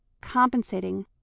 compensating